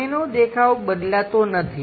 સામેનો દેખાવ બદલાતો નથી